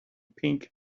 pink